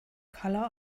colour